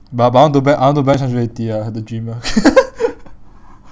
but but I want to bet I want to bet ah I have the dream ah